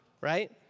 right